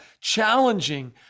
challenging